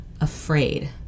afraid